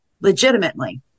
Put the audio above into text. legitimately